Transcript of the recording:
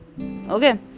okay